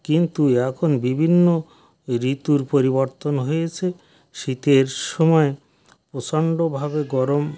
কিন্তু এখন বিভিন্ন ঋতুর পরিবর্তন হয়েচে শীতের সময় প্রচন্ডভাবে গরম